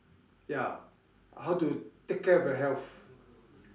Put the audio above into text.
ya how to take care of your health